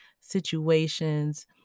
situations